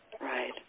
Right